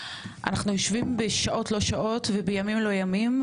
אנחנו יושבים בשעות לא שעות ובימים לא ימים,